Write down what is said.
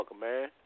man